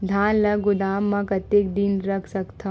धान ल गोदाम म कतेक दिन रख सकथव?